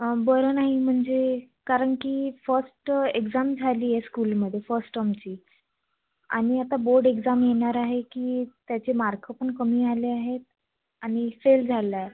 बरं नाही म्हणजे कारण की फर्स्ट एक्झाम झाली आहे स्कूलमध्ये फर्स्ट टर्मची आणि आता बोर्ड एक्झाम येणार आहे की त्याचे मार्क पण कमी आले आहेत आणि फेल झाला आहे